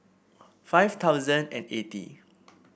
five thousand and eighty